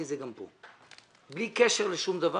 ואמרתי את זה גם פה שבלי קשר לשום דבר